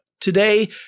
Today